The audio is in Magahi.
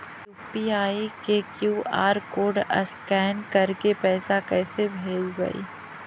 यु.पी.आई के कियु.आर कोड स्कैन करके पैसा कैसे भेजबइ?